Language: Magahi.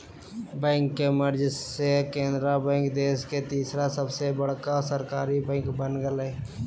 बैंक के मर्ज से केनरा बैंक देश के तीसर सबसे बड़का सरकारी बैंक बन गेलय